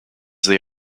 they